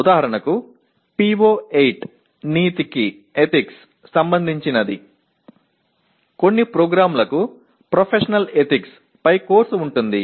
சில திட்டங்களில் தொழில்முறை நெறிமுறைகள் குறித்த பாடநெறி உள்ளது